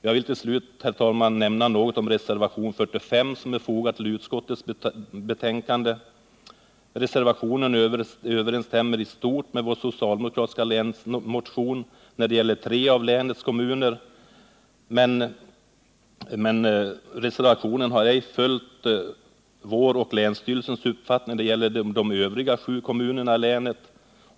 Jag vill till slut nämna något om reservationen 45, som är fogad till utskottets betänkande. Denna överensstämmer i stort med vår socialdemokratiska länsmotion när det gäller tre av länets kommuner, men den har ej följt vår och länsstyrelsens uppfattning när det gäller de övriga sju kommunerna i länet.